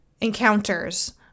encounters